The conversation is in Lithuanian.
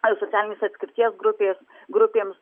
ar socialinės atskirties grupės grupėms